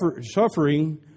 Suffering